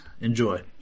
Enjoy